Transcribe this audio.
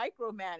micromanage